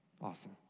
Awesome